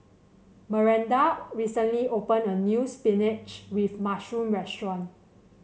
Miranda recently opened a new spinach with mushroom restaurant